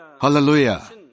Hallelujah